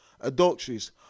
adulteries